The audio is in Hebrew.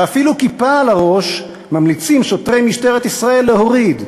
ואפילו כיפה מעל הראש ממליצים שוטרי משטרת ישראל להוריד.